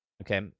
Okay